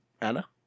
Anna